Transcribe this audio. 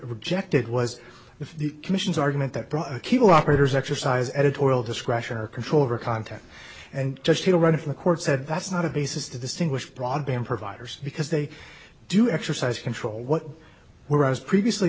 rejected was the commission's argument that brought kill operators exercise editorial discretion or control over content and just feel right if the court said that's not a basis to distinguish broadband providers because they do exercise control what whereas previously